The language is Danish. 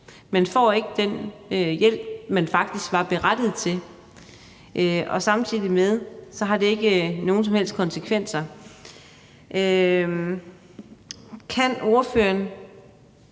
man får ikke den hjælp, man faktisk er berettiget til. Samtidig har det ikke nogen som helst konsekvenser. Kan ordføreren